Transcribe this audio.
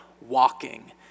walking